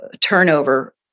turnover